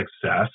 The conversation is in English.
success